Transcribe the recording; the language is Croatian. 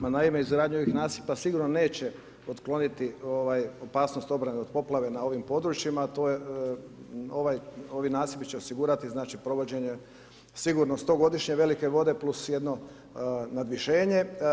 Ma naime, izgradnju ovih nasipa sigurno neće otkloniti opasnost obrane od poplave na ovim područjima, to je, ovaj, ovi nasipi će osigurati, znači provođenje sigurno 100-godišnje velike vode plus jedno nadvišenje.